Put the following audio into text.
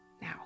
Now